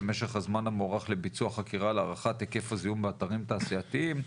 ומשך הזמן המוערך לביצוע חקירה להערכת היקף הזיהום באתרים תעשייתיים,